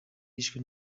yishwe